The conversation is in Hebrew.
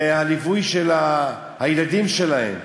ולליווי של הילדים שלהם.